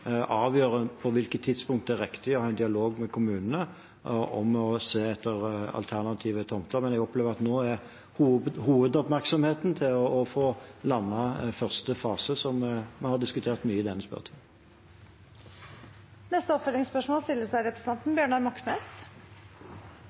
se etter alternative tomter. Men jeg opplever at hovedoppmerksomheten nå er knyttet til å få landet første fase, noe vi har diskutert mye i denne spørretimen. Bjørnar Moxnes – til oppfølgingsspørsmål.